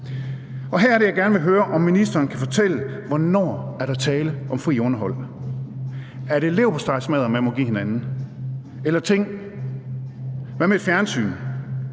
Her er det, at jeg gerne vil høre, om ministeren kan fortælle, hvornår der er tale om frit underhold. Er det leverpostejsmadder, man må give hinanden? Eller ting? Hvad med et fjernsyn?